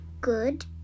Good